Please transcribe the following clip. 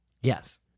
Yes